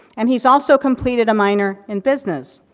and he's also completed a minor in business,